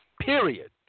period